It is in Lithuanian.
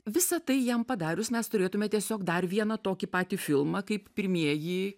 visa tai jam padarius mes turėtume tiesiog dar vieną tokį patį filmą kaip pirmieji